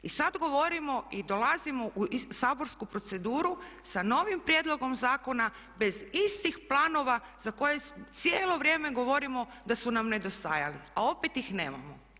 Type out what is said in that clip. I sada govorimo i dolazimo u saborsku proceduru sa novim prijedlogom zakona bez istih planova za koje cijelo vrijeme govorimo da su nam nedostajali a opet ih nemamo.